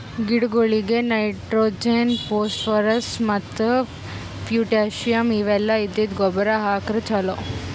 ಗಿಡಗೊಳಿಗ್ nitrogen, phosphorus ಮತ್ತ್ potassium ಇವೆಲ್ಲ ಇದ್ದಿದ್ದ್ ಗೊಬ್ಬರ್ ಹಾಕ್ರ್ ಛಲೋ